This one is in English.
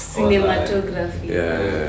Cinematography